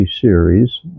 series